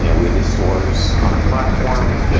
you know we have these stores on our platform.